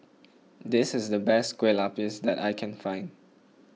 this is the best Kue Lupis that I can find